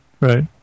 right